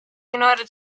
united